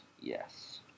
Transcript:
Yes